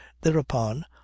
Thereupon